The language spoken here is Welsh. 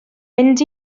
mynd